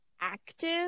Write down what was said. active